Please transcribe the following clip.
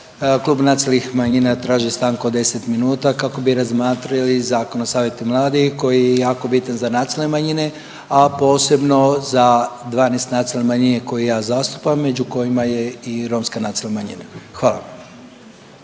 klub nacionalnih manjina traži stanku od 10 minuta kako bi razmatrali Zakon o savjetu mladih koji je jako bitan za nacionalne manjine, a posebno za 12 nacionalnih manjina koje ja zastupam među kojima je i romska nacionalna manjina. Hvala.